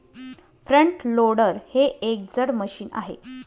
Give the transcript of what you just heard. front loader हे एक जड मशीन आहे